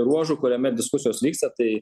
ruožų kuriame diskusijos vyksta tai